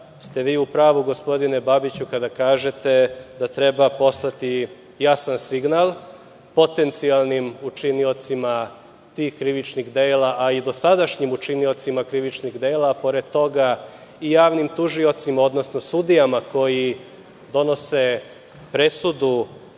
ste vi u pravu gospodine Babiću kada kažete da treba poslati jasan signal potencijalnim učiniocima tih krivičnih dela, a i dosadašnjim učiniocima krivičnih dela, a pored toga i javnim tužiocima, odnosno sudijama koji donose presudu